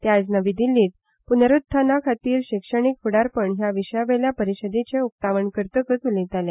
ते आयज नवी दिछ्छींत पुनरुत्थाना खातीर शिक्षणीक फुडारपण ह्या विशयावेल्या परिशदेचें उक्तावण करतकच उलयताले